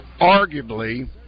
arguably